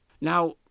Now